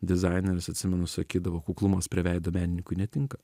dizaineris atsimenu sakydavo kuklumas prie veido menininkui netinka